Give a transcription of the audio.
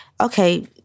okay